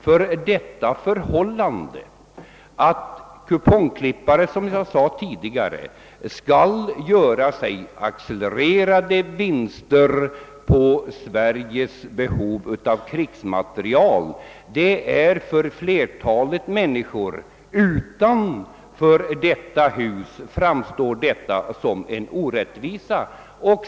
Ty det förhållandet att — som jag tidigare sade — kupongklippare skall göra sig accelererade vinster på Sveriges behov av krigsmateriel framstår för flertalet människor utanför detta hus som en orättvisa.